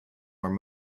where